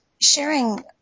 sharing